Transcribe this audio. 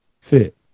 fit